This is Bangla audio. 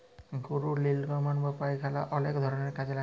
গরুর লির্গমল বা পায়খালা অলেক ধরলের কাজে লাগে